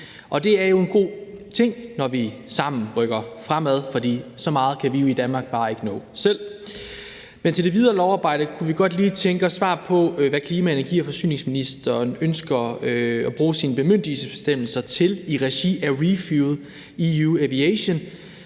Det er jo en god ting, når vi sammen rykker fremad, for så meget kan vi i Danmark bare ikke nå selv, men til det videre lovarbejde kunne vi godt lige tænke os svar på, hvad klima-, energi- og forsyningsministeren ønsker at bruge sine bemyndigelsesbestemmelser til i regi af ReFuelEU Aviation.